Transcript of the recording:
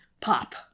Pop